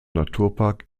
naturpark